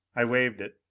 i waved it,